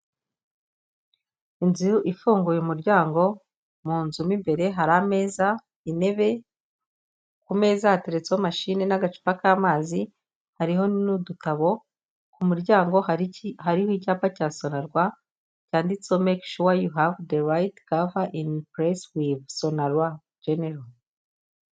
Inzu ifunguye umuryango, mu nzu mu imbere hari ameza, intebe, ku meza yateretseho mashini n'agacupa k'amazi, hariho n'udutabo ku muryango hariki hariho n' icyapa cya SONARWA cyanditseho meki shuwa yu havu de rayiti kava ini purasi wizi SONARWA General.